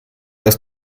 dass